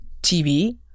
TV